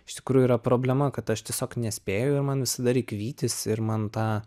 iš tikrųjų yra problema kad aš tiesiog nespėju ir man visada reik vytis ir man ta